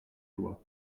lois